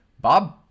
Bob